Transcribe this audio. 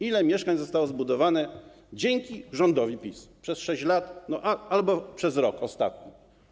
Ile mieszkań zostało zbudowanych dzięki rządowi PiS przez 6 lat albo przez rok ostatni?